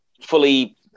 fully